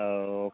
औ